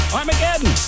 Armageddon